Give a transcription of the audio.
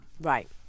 Right